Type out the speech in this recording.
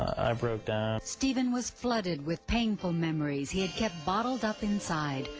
i broke down. steven was flooded with painful memories he had kept bottled up inside.